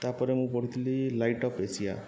ତା'ପରେ ମୁଁ ପଢ଼ିଥିଲି ଲାଇଟ୍ ଅଫ୍ ଏସିଆ